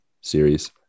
series